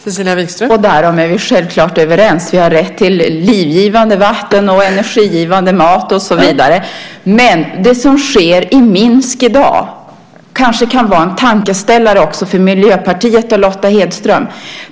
Fru talman! Därom är vi självklart överens. Vi har rätt till livgivande vatten, energigivande mat och så vidare. Men det som sker i Minsk i dag kan kanske vara en tankeställare också för Miljöpartiet och Lotta Hedström.